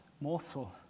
morsel